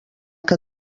que